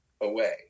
away